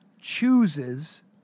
chooses